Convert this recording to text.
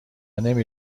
نمی